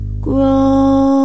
grow